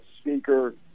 speaker